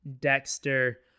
Dexter